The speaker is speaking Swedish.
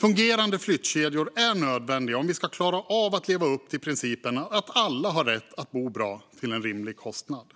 Fungerande flyttkedjor är nödvändigt om vi ska klara av att leva upp till principen att alla har rätt att bo bra till en rimlig kostnad.